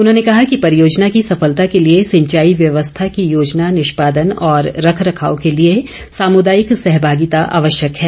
उन्होंने कहा कि परियोजना की सफलता के लिए सिंचाई व्यवस्था की योजना निष्पादन और रखरखाव के लिए सामुदायिक सहभागिता आवश्यक है